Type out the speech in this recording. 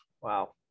Wow